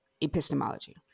epistemology